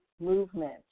movement